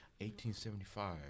1875